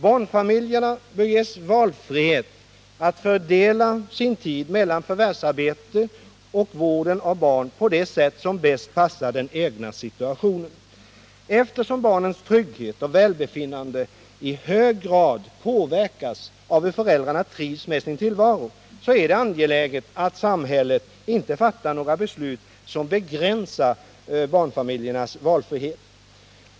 Barnfamiljerna bör ges valfrihet att fördela sin tid mellan förvärvsarbete och vården av barn på det sätt som bäst passar den egna situationen. Eftersom barnens trygghet och välbefinnande i hög grad påverkas av hur föräldrarna trivs med sin tillvaro, är det angeläget att samhället inte fattar några beslut som begränsar barnfamiljernas valfrihet.